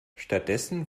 stattdessen